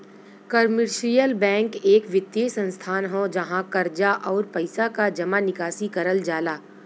commercial bank एक वित्तीय संस्थान हौ जहाँ कर्जा, आउर पइसा क जमा निकासी करल जाला